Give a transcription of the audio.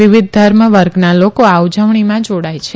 વિવિધ ધર્મ વર્ગના લોકો આ ઉજવણીમાં જાડાય છે